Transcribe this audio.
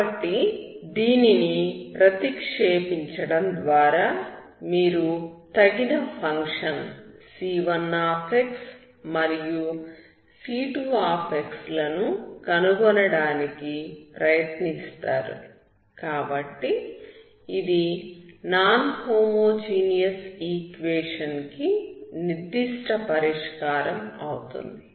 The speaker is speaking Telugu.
కాబట్టి దీనిని ప్రతిక్షేపించడం ద్వారా మీరు తగిన ఫంక్షన్ c1x మరియు c2 లను కనుగొనడానికి ప్రయత్నిస్తారు కాబట్టి ఇది నాన్ హోమోజీనియస్ ఈక్వేషన్ కి నిర్దిష్ట పరిష్కారం అవుతుంది